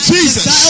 Jesus